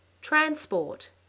Transport